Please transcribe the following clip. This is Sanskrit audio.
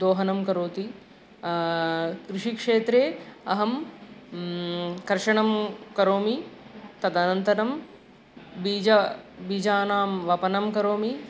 दोहनं करोति कृषिक्षेत्रे अहं कर्षणं करोमि तदनन्तरं बीजं बीजानां वपनं करोमि